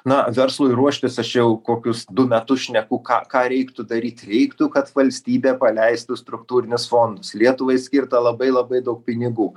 na verslui ruoštis aš jau kokius du metus šneku ką ką reiktų daryt reiktų kad valstybė paleistų struktūrinius fondus lietuvai skirta labai labai daug pinigų